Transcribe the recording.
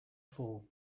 fall